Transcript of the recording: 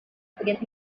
forget